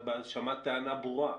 שמעת טענה ברורה.